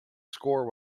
score